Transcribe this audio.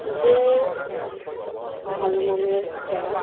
যে ভালো মানের জাত